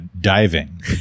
diving